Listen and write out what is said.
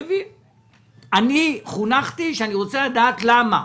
אני חונכתי שאני רוצה לדעת למה.